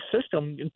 system